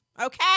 Okay